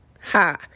Ha